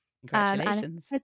congratulations